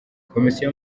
komisiyo